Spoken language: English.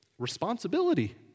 Responsibility